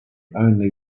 only